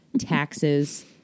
taxes